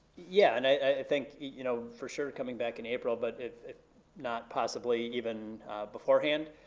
yeah, and i think, you know for sure coming back in april, but if not possibly even beforehand,